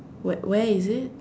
where where is it